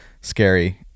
scary